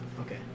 Okay